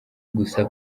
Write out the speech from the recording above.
gusa